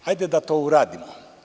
Hajde da to uradimo.